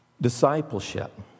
Discipleship